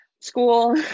school